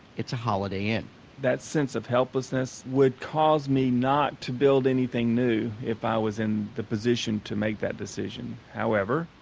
it's a holiday inn that sense of helplessness would cause me not to build anything new if i was in a position to make that decision. however,